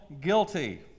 guilty